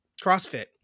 CrossFit